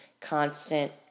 constant